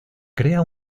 crea